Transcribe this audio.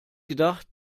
gedacht